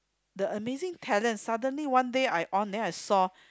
the amazing talent suddenly one day I on then I saw